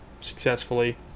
successfully